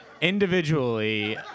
individually